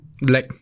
Black